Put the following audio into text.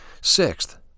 Sixth